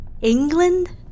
England